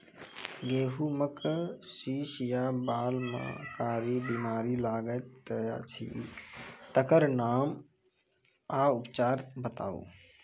गेहूँमक शीश या बाल म कारी बीमारी लागतै अछि तकर नाम आ उपचार बताउ?